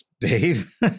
Dave